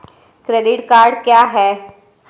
Credit card क्या है?